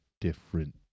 different